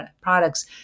products